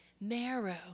Narrow